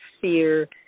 fear